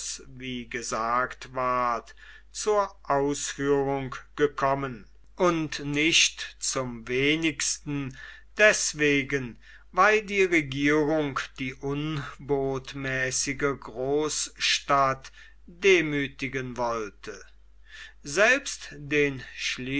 wie gesagt ward zur ausführung gekommen und nicht zum wenigsten deswegen weil die regierung die unbotmäßige großstadt demütigen wollte selbst den